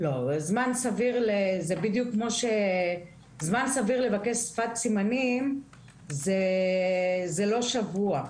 זמן סביר לבקש שפת סימנים זה לא שבוע,